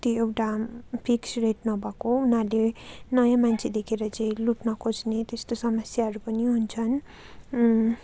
त्यो एउटा fixed rate नभएको उनीहरूले नयाँ मान्छे देखेर चाहिँ लुट्न खोज्ने त्यस्तो समस्याहरू पनि हुन्छन्